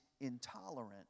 intolerant